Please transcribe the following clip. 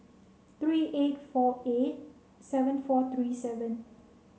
three eight four eight seven four three seven